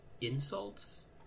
Insults